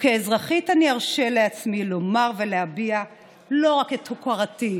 כאזרחית ארשה לעצמי לומר ולהביע לא רק את הוקרתי,